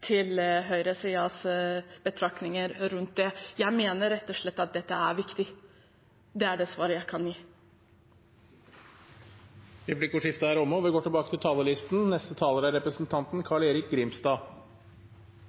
høyresidens betraktninger rundt det. Jeg mener rett og slett at dette er viktig. Det er det svaret jeg kan gi. Replikkordskiftet er omme. Siden sist gang Stortinget vedtok et helsebudsjett, har forslaget fra Helse- og